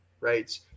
right